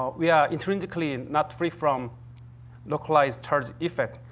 um we are intrinsically and not free from localized charge effect.